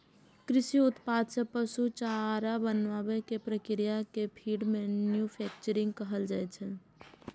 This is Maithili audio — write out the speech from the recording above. कृषि उत्पाद सं पशु चारा बनाबै के प्रक्रिया कें फीड मैन्यूफैक्चरिंग कहल जाइ छै